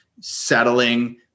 settling